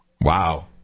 Wow